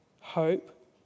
hope